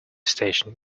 station